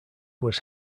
was